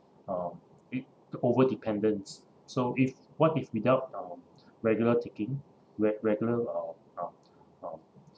um a bit overdependence so if what if without uh regular taking re~ regular um um um